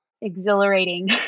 Exhilarating